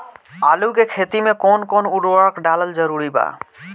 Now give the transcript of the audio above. आलू के खेती मे कौन कौन उर्वरक डालल जरूरी बा?